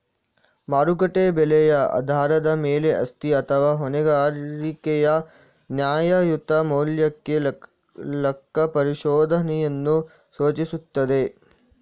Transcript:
ಮಾರುಕಟ್ಟೆ ಬೆಲೆಯ ಆಧಾರದ ಮೇಲೆ ಆಸ್ತಿ ಅಥವಾ ಹೊಣೆಗಾರಿಕೆಯ ನ್ಯಾಯಯುತ ಮೌಲ್ಯಕ್ಕೆ ಲೆಕ್ಕಪರಿಶೋಧನೆಯನ್ನು ಸೂಚಿಸುತ್ತದೆ